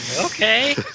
okay